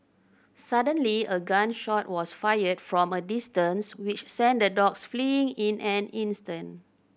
suddenly a gun shot was fired from a distance which sent the dogs fleeing in an instant